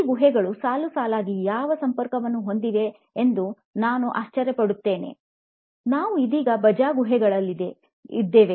ಈ ಗುಹೆಗಳು ಸಾಲು ಸಾಲುಗಳಾಗಿ ಯಾವ ಸಂಪರ್ಕವನ್ನು ಹೊಂದಿವೆ ಎಂದು ನಾನು ಆಶ್ಚರ್ಯ ಪಡುತ್ತೇನೆ ನಾವು ಇದೀಗ ಭಜಾ ಗುಹೆಗಳಲ್ಲಿದ್ದೇವೆ